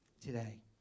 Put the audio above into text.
today